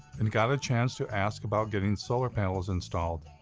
and got a chance to ask about getting solar panels installed.